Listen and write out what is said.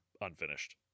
unfinished